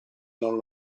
non